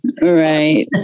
Right